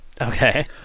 Okay